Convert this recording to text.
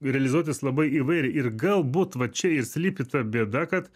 realizuotis labai įvairiai ir galbūt va čia ir slypi ta bėda kad